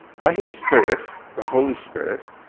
by his spirit, the holy spirit,